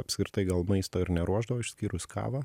apskritai gal maisto ir neruošdavo išskyrus kavą